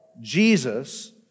Jesus